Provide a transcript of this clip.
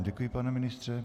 Děkuji vám, pane ministře.